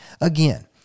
again